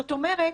זאת אומרת,